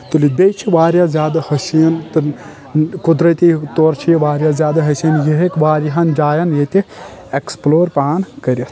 تُلِتھ بییٚہِ چھِ واریاہ زیادٕ حسین تِم قۄدرٔتی طور چھِ یہِ واریاہ زیادٕ حسین یہِ ہیٚکہِ واریاہن جاین ییٚتہِ ایٚکسپٕلور پان کٔرِتھ